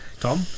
Tom